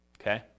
Okay